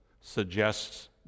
suggests